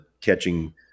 catching